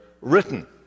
written